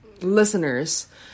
listeners